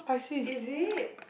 is it